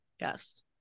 Yes